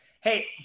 Hey